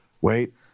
Wait